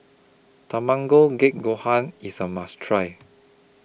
Tamago Kake Gohan IS A must Try